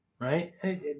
right